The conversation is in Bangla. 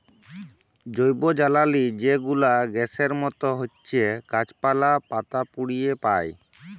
জৈবজ্বালালি যে গুলা গ্যাসের মত হছ্যে গাছপালা, পাতা পুড়িয়ে পায়